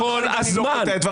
כל הזמן.